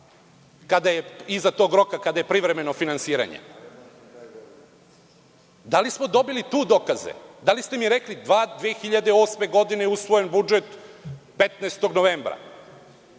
do iza tog roka kada je privremeno finansiranje? Da li smo tu dobili dokaze? Da li ste mi rekli - 2008. godine je usvojen budžet 15. novembra?